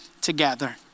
together